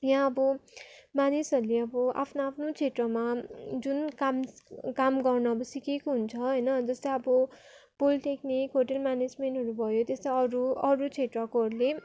यहाँ अब मानिसहरूले अब आफ्नो आफ्नो क्षेत्रमा जुन काम काम गर्नु सिकेको हुन्छ होइन जस्तो अब पोलिटेकनिक होटेल म्यानेजमेन्टहरू भयो त्यस्तै अरू अरू क्षेत्रकाहरूले